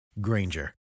Granger